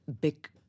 big